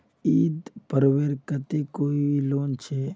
ईद पर्वेर केते कोई लोन छे?